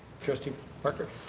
trustee parker?